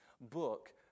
book